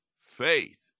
faith